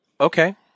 okay